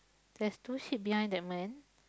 there's two sheep behind that man